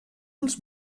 els